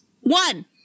One